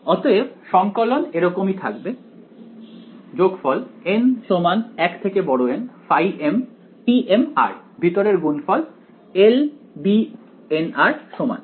অতএব সঙ্কলন এরকমই থাকবে mtm ভিতরের গুণফল Lbn সমান